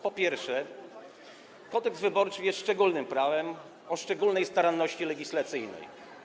Po pierwsze, Kodeks wyborczy jest szczególnym prawem, o szczególnej staranności legislacyjnej.